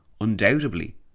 undoubtedly